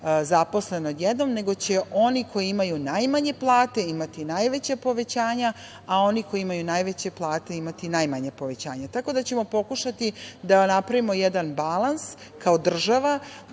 zaposlene odjednom, nego će oni koji imaju najmanje plate imati najveća povećanja, a oni koji imaju najveće plate imati najmanje povećanje. Tako da ćemo pokušati da napravimo jedan balans kao država